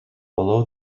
below